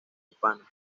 hispana